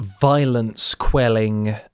violence-quelling